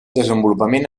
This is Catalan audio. desenvolupament